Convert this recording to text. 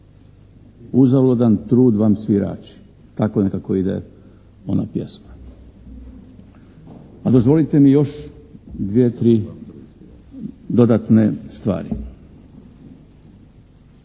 Uzaludan trud vam svirači, tako nekako ide ona pjesma. Pa dozvolite mi još 2-3 dodatne stvari.